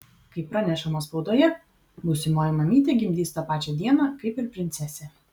kaip pranešama spaudoje būsimoji mamytė gimdys tą pačią dieną kaip ir princesė